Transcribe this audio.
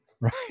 right